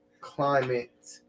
climate